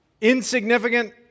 insignificant